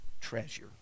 treasure